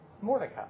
Mordecai